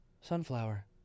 sunflower